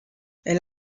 elle